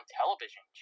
television